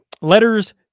letters